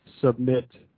submit